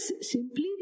simply